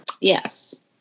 Yes